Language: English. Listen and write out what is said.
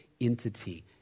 entity